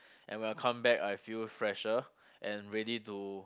and when I come back I feel fresher and ready to